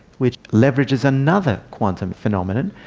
which leverages another quantum phenomena.